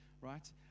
Right